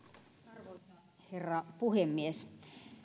arvoisa herra puhemies